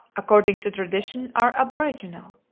according to tradition, are aboriginal.